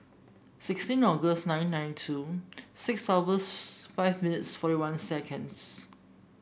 sixteen August nine nine two six hours five minutes forty one seconds